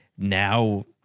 now